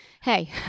hey